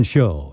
Show